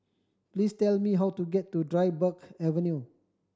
please tell me how to get to Dryburgh Avenue